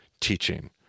teaching